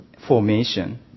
formation